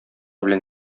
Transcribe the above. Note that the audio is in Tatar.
белән